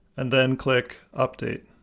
and then click update.